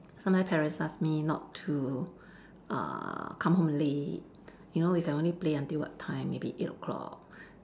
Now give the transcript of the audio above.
sometimes parents ask me not to uh come home late you know you can only play until what time maybe eight o-clock